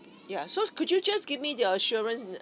ya so could you just give me the assurance